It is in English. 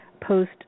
post